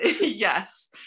Yes